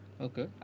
Okay